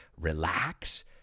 relax